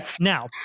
now